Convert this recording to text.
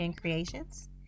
creations